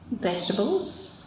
Vegetables